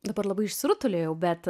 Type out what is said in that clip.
dabar labai išsirutuliojau bet